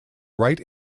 right